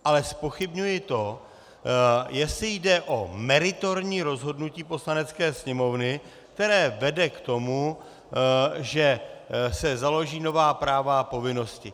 Ale zpochybňuji to, jestli jde o meritorní rozhodnutí Poslanecké sněmovny, které vede k tomu, že se založí nová práva a povinnosti.